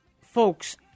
folks